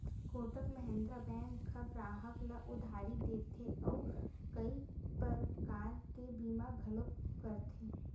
Kotak Mahindra bank ह गराहक ल उधारी देथे अउ कइ परकार के बीमा घलो करथे